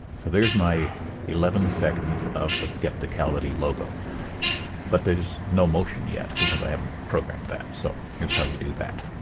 so there's my eleven seconds of the skepticality logo but there's no motion yet because i haven't programmed that so here's how we do that.